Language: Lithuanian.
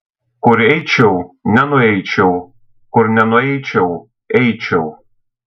kur eičiau nenueičiau kur nenueičiau eičiau